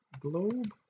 globe